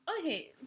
Okay